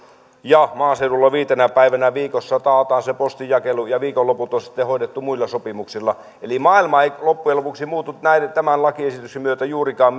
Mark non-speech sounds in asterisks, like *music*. maaseudulla viitenä päivänä viikossa taataan se postinjakelu ja viikonloput on sitten hoidettu muilla sopimuksilla eli maailma ei loppujen lopuksi muutu tämän lakiesityksen myötä juurikaan *unintelligible*